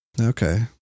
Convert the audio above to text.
Okay